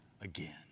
again